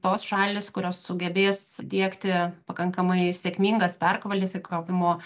tos šalys kurios sugebės diegti pakankamai sėkmingas perkvalifikavimo